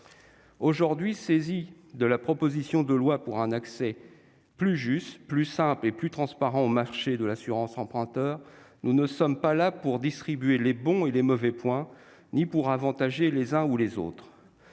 que nous examinons la proposition de loi pour un accès plus juste, plus simple et plus transparent au marché de l'assurance emprunteur, il ne s'agit pas de distribuer les bons et les mauvais points ni d'avantager les uns ou les autres.